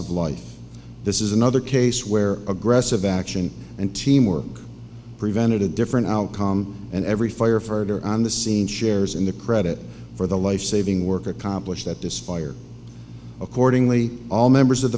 of life this is another case where aggressive action and teamwork prevented a different outcome and every fire furder on the scene shares in the credit for the lifesaving work accomplished at this fire accordingly all members of